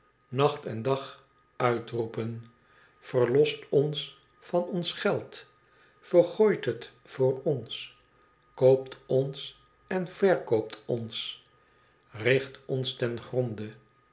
nacht en dag uitroepen verlost ons van ons geld vergooit het voor ons koopt ons en verkoopt ons richt ons ten gronde